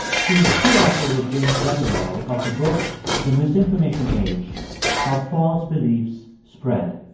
she is co-author with james weatherall of the book the misinformation age how false beliefs spread.